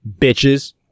Bitches